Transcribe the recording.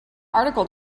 article